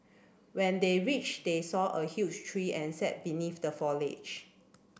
when they reached they saw a huge tree and sat beneath the foliage